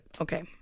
Okay